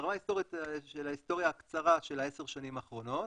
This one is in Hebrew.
ברמה היסטורית של ההיסטוריה הקצרה של עשר השנים האחרונות,